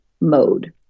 mode